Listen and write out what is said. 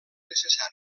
necessari